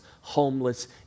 homeless